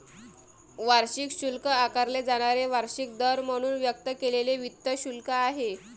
वार्षिक शुल्क आकारले जाणारे वार्षिक दर म्हणून व्यक्त केलेले वित्त शुल्क आहे